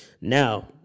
Now